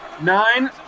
Nine